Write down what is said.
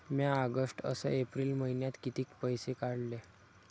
म्या ऑगस्ट अस एप्रिल मइन्यात कितीक पैसे काढले?